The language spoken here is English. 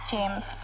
James